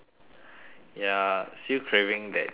ya still craving that cheesecake